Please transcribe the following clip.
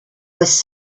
was